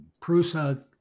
Prusa